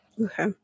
okay